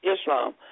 Islam